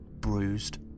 bruised